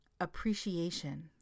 appreciation